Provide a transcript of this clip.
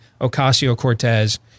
Ocasio-Cortez